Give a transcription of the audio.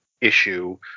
issue